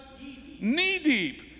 knee-deep